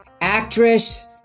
actress